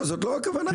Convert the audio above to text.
זו לא הכוונה.